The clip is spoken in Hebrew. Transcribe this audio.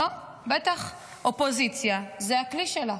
בטח, אופוזיציה, זה הכלי שלה.